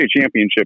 championship